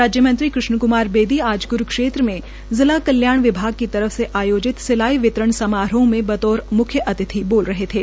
राज्यमंत्री कृष्ण क्मार बेदी आज क्रूक्षेत्र में जिला कल्याण विभाग की तरफ से आयोजित सिलाई वितरण समारोह मे बतौर मुख्यातिथि बोल रहे थे